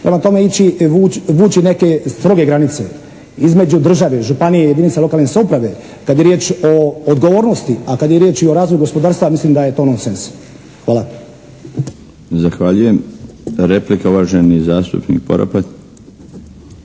tome ići, vuči neke stroge granice između države, županije i jedinice lokalne samouprave kad je riječ o odgovornosti, a kad je riječ i o razvoju gospodarstva mislim da je to nonsens. Hvala. **Milinović, Darko (HDZ)** Zahvaljujem. Replika uvaženi zastupnik Poropat.